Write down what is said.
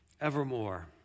evermore